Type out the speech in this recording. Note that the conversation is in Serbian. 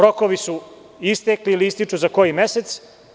Rokovi su istekli ili ističu za koji mesec.